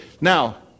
Now